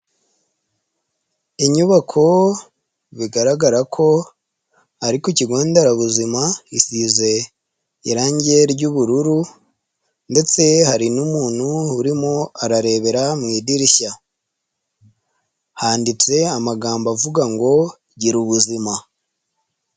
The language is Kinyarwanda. Inyubako, bigaragara ko, ari kukigonderabuzima isize, irange ry'ubururu, ndetse hari n'umuntu urimo ararebera mu idirishya. Handitse amagambo avuga ngo, gira ubuzima.